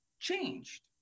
Changed